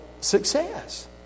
success